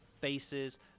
faces